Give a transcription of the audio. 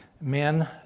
men